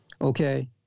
Okay